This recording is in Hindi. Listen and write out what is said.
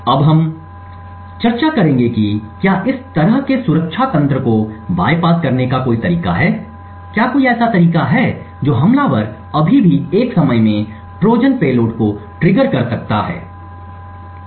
अब हम अब चर्चा करेंगे कि क्या इस तरह के सुरक्षा तंत्र को बायपास करने का कोई तरीका है क्या कोई ऐसा तरीका है जो हमलावर अभी भी एक समय में ट्रोजन पेलोड को ट्रिगर कर सकता यद्यपि अवधि को रिसेट कर दिया गया हो